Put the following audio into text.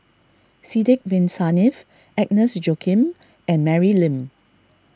Sidek Bin Saniff Agnes Joaquim and Mary Lim